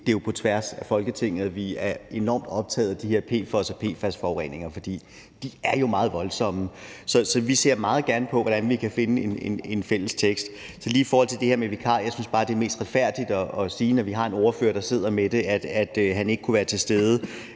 at vi jo på tværs af Folketinget er enormt optaget af de her PFOS- og PFAS-forureninger, for de er jo meget voldsomme. Så vi ser meget gerne på, hvordan vi kan finde frem til en fælles tekst. Lige i forhold til det her med vikarer synes jeg bare, at det er mest retfærdigt at sige, når vi har en ordfører, der sidder med det, at han ikke kunne være til stede.